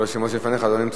כל השמות לפניך לא נמצאים.